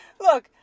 look